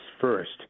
first